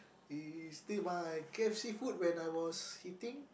he still my k_f_c food when I was eating